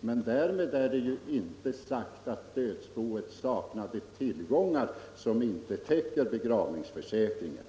men därmed är inte sagt att dödsboet saknade tillgångar för att bekosta begravningen.